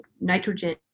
nitrogen